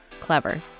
Clever